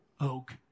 oak